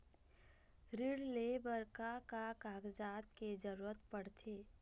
ऋण ले बर का का कागजात के जरूरत पड़थे?